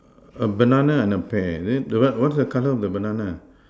a banana and a pear then the what's the color of the banana